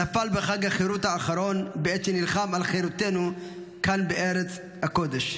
נפל בחג החירות האחרון בעת שנלחם על חירותנו כאן בארץ הקודש.